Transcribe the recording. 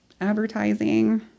advertising